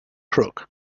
crook